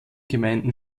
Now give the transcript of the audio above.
gemeinden